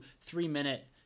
three-minute